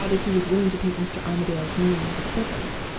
provided he was willing to take mr. armadale's name for the purpose